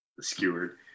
skewered